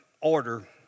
order